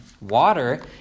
Water